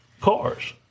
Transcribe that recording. cars